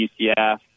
ucf